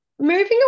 Moving